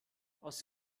aus